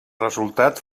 resultat